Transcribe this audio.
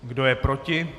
Kdo je proti?